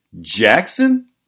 Jackson